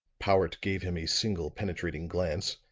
powart gave him a single penetrating glance,